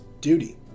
duty